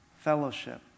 Fellowship